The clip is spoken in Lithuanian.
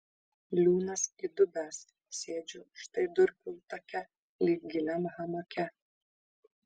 liūnas įdubęs sėdžiu štai durpių take lyg giliam hamake